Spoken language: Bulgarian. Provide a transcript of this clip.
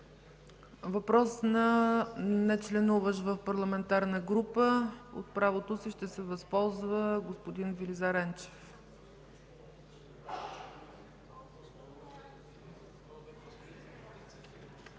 Въпрос на нечленуващ в парламентарна група. От правото си ще се възползва господин Велизар Енчев.